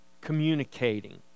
communicating